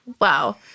Wow